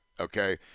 okay